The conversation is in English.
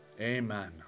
Amen